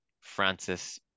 Francis